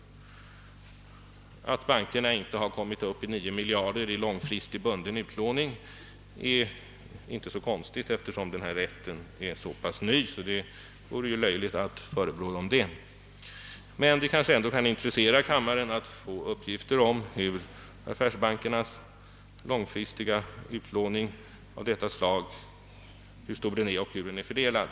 Att bankerna inte kommit upp till 9 miljarder kronor i långfristig bunden utlåning är inte så konstigt, eftersom denna rätt är så pass ny. Det vore löjligt att förebrå dem detta. Men det kanske ändå kan intressera kammarens ledamöter att få uppgift om hur stor affärsbankernas långfristiga utlåning av detta slag är och hur den fördelar sig.